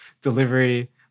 delivery